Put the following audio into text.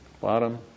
bottom